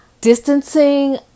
distancing